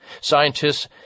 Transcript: Scientists